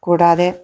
കൂടാതെ